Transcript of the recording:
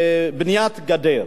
בניית הגדר.